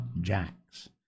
Jack's